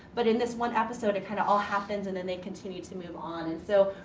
but in this one episode it kinda all happens and then they continue to move on. and so,